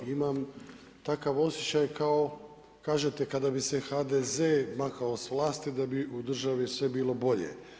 Imam takav osjećaj kao kažete kada bi se HDZ maknuo s vlasti, da bi u državi sve bilo bolje.